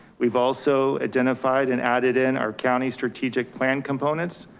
we've also identified and added in our county strategic plan components.